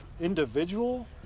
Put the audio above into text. individual